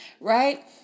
right